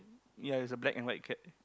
ya it's a black and white cat